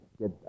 get